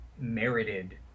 merited